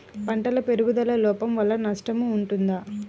పంటల పెరుగుదల లోపం వలన నష్టము ఉంటుందా?